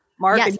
Mark